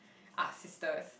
are sisters